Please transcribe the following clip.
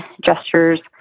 gestures